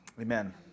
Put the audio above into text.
amen